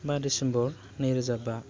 बा डिसेम्बर नैरोजा बा